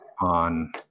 on